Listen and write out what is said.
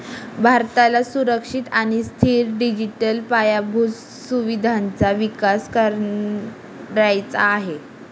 भारताला सुरक्षित आणि स्थिर डिजिटल पायाभूत सुविधांचा विकास करायचा आहे